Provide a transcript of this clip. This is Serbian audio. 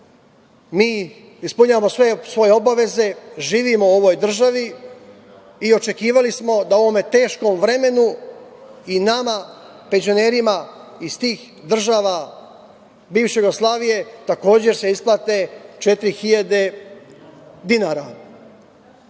mi ispunjavamo sve svoje obaveze, živimo u ovoj državi i očekivali smo da u ovom teškom vremenu i nama penzionerima iz tih država bivše Jugoslavije takođe se isplate 4.000 dinara. Nadam